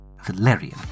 Valerian